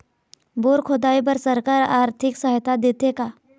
Bore खोदाई बर सरकार आरथिक सहायता देथे का?